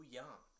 young